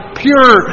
pure